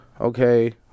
okay